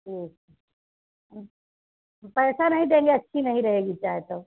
ठीक है पैसा नहीं देंगे अच्छी नहीं रहेगी चाय तो